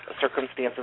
Circumstances